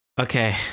Okay